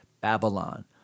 Babylon